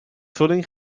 vulling